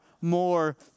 more